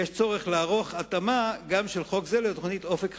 יש צורך לערוך התאמה גם של חוק זה לתוכנית "אופק חדש",